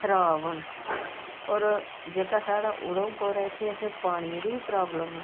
खराब न होर जेह्का साढ़ा उधमपुर ऐ इत्थें असें पानियें दी बी प्राब्लम ऐ